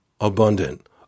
abundant